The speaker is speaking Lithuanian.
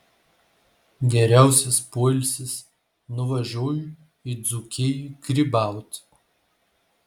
geriausias poilsis nuvažiuoju į dzūkiją grybauti